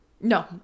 No